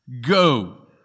Go